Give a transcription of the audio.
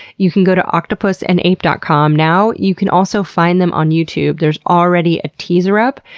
you can go to octopusandape dot com now. you can also find them on youtube there's already a teaser up,